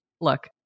look